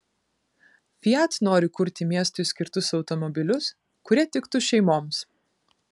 fiat nori kurti miestui skirtus automobilius kurie tiktų šeimoms